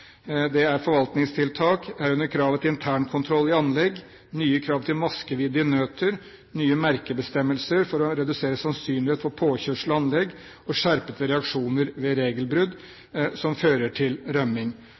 Det er forvaltningstiltak, herunder kravet til internkontroll i anlegg, nye krav til maskevidde i nøter, nye merkebestemmelser for å redusere sannsynlighet for påkjørsel av anlegg, og skjerpede reaksjoner ved regelbrudd som fører til rømming.